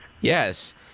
Yes